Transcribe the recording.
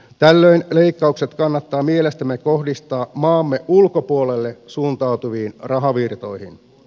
tällöin leikkaukset kannattaa mielestämme kohdistaa maamme ulkopuolelle suuntautuviin rahavirtoihin